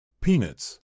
Peanuts